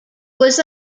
was